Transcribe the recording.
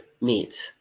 meet